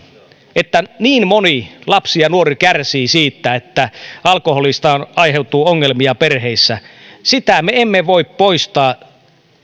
että niin moni lapsi ja nuori kärsii siitä että alkoholista aiheutuu ongelmia perheissä me emme voi poistaa